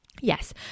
yes